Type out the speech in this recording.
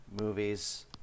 Movies